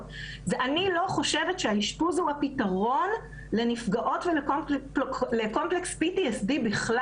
- אני לא חושבת שהאשפוז הוא הפיתרון לנפגעות ול-Complex PTSD בכלל.